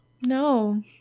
No